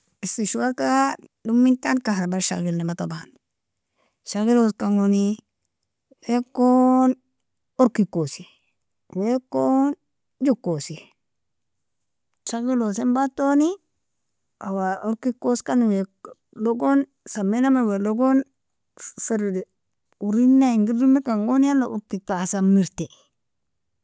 Istishwarka, domintani kahrbal shagilnami taban shageloskngoni wakon orkiosi, wakon jokosi, shageloskn batoni orkioskan wake logon saminamin walogon faridi orina inger domikangon yala orkikia hasamerti.